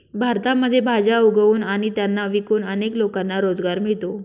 भारतामध्ये भाज्या उगवून आणि त्यांना विकून अनेक लोकांना रोजगार मिळतो